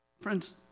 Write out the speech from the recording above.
Friends